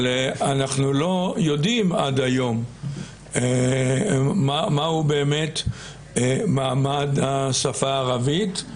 אבל אנחנו לא יודעים עד היום מהו באמת מעמד השפה הערבית.